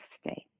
state